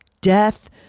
death